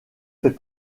fait